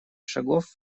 шагов